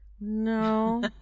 no